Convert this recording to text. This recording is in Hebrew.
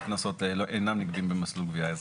קנסות אינם נגבים במסלול גבייה אזרחי.